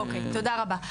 אוקי, תודה רבה.